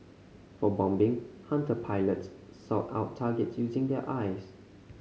for bombing Hunter pilots sought out targets using their eyes